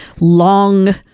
long